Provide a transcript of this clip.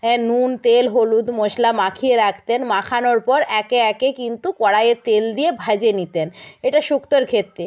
হ্যাঁ নুন তেল হলুদ মশলা মাখিয়ে রাখতেন মাখানোর পর একে একে কিন্তু কড়াইয়ে তেল দিয়ে ভেজে নিতেন এটা শুক্তোর ক্ষেত্রে